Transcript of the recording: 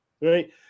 right